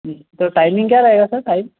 sir timing क्या रहेगा sir time